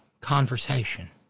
conversation